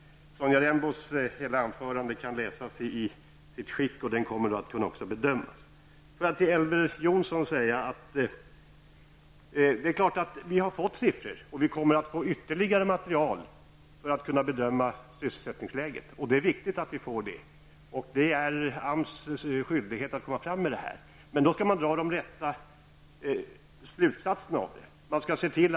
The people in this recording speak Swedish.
Sonja Rembos hela anförande kan läsas och bedömas i protokollet. Till Elver Jonsson vill jag säga att det är klart att vi har fått siffror, och vi kommer att få ytterligare material för att kunna bedöma sysselsättningsläget. Det är viktigt att vi får det. Det är AMS skyldighet att lämna sådana uppgifter. Men man skall dra de rätta slutsatserna av dessa uppgifter.